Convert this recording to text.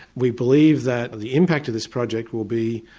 we believe that the impact of this project will be.